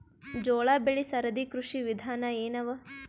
ಜೋಳ ಬೆಳಿ ಸರದಿ ಕೃಷಿ ವಿಧಾನ ಎನವ?